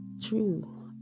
true